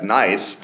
nice